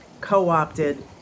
co-opted